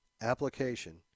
application